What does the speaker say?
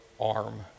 arm